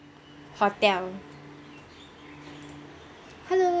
hotel hello